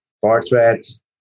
portraits